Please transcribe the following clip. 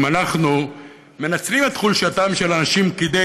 אם אנחנו מנצלים את חולשתם של אנשים כדי